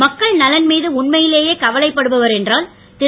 மக்கள் நலன் மீது உண்மையிலேயே கவலைப்படுபவர் என்றால் திரு